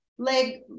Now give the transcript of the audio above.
Leg